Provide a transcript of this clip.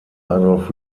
adolf